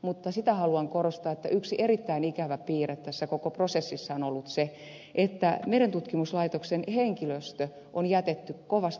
mutta sitä haluan korostaa että yksi erittäin ikävä piirre tässä koko prosessissa on ollut se että merentutkimuslaitoksen henkilöstö on jätetty kovasti syrjään